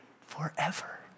forever